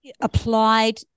applied